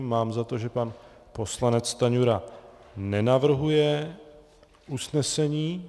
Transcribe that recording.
Mám za to, že pan poslanec Stanjura nenavrhuje usnesení.